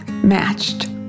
matched